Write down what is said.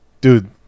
Dude